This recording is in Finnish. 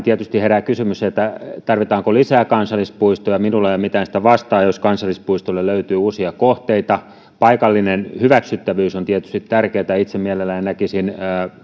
tietysti herää kysymys että tarvitaanko lisää kansallispuistoja minulla ei ole mitään sitä vastaan jos kansallispuistoille löytyy uusia kohteita paikallinen hyväksyttävyys on tietysti tärkeätä ja itse mielelläni näkisin